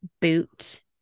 boot